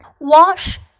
Wash